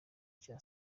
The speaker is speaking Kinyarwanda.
cya